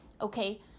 Okay